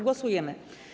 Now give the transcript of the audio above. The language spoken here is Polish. Głosujemy.